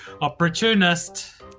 opportunist